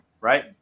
right